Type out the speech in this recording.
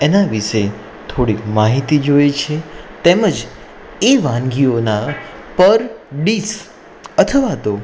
એના વિશે થોડીક માહિતી જોઈએ છે તેમજ એ વાનગીઓના પર ડિસ અથવા તો